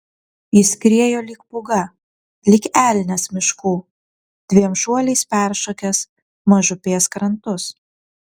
jis skriejo lyg pūga lyg elnias miškų dviem šuoliais peršokęs mažupės krantus